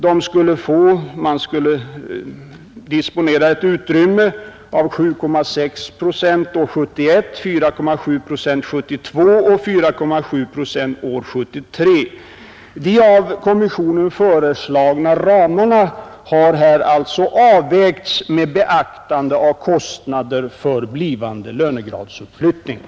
Man skulle för år 1971 disponera ett utrymme på 7,6 procent, för år 1972 ett utrymme på 4,7 procent och 4,7 procent också för år 1973. De av kommissionen föreslagna ramarna har avvägts med beaktande av kostnader för blivande lönegradsuppflyttningar.